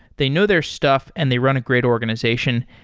they know their stuff and they run a great organization.